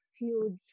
huge